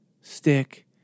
stick